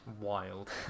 Wild